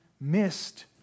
Missed